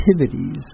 activities